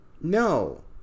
no